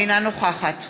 אינה נוכחת